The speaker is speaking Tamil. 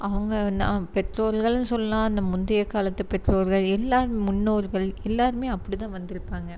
அவங்க பெற்றோர்கள்னு சொல்லலாம் அந்த முந்தைய காலத்து பெற்றோர்கள் எல்லா முன்னோர்கள் எல்லோருமே அப்படிதான் வந்திருப்பாங்க